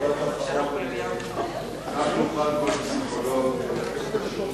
כך יוכל כל פסיכולוג לתת את השירות